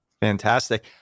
Fantastic